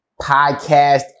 podcast